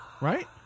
Right